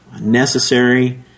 necessary